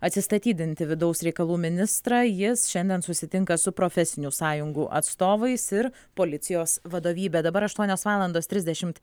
atsistatydinti vidaus reikalų ministrą jis šiandien susitinka su profesinių sąjungų atstovais ir policijos vadovybe dabar aštuonios valandos trisdešimt